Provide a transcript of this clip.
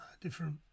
Different